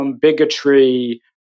bigotry